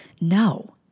No